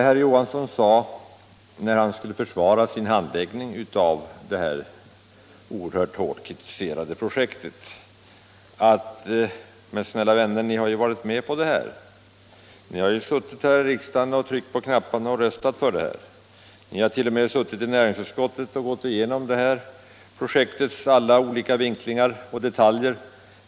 Herr Johansson sade när han skulle försvara sin handläggning av det här oerhört hårt kritiserade projektet: ”Men, snälla vänner, ni har ju varit med på det här. Ni har suttit i riksdagen och tryckt på knapparna och röstat för det. Ni har 1. o. m. suttit i näringsutskottet och gått igenom projektets alla olika vinklingar och detaljer.